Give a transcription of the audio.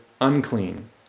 unclean